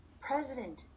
President